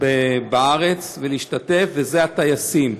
בארץ ולהשתתף, ואלה הטייסים.